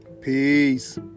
Peace